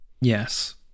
yes